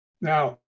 Now